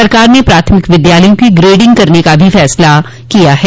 सरकार ने प्राथमिक विद्यालयों की ग्रेडिंग करने का भी फैसला लिया है